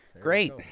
Great